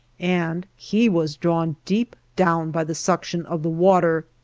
and he was drawn deep down by the suction of the water.